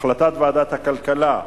החלטת ועדת הכלכלה,